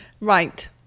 Right